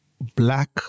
black